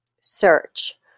search